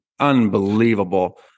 unbelievable